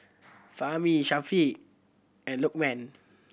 Fahmi Syafiq and Lokman